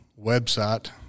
website